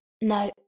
No